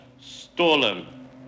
stolen